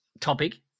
topic